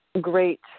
great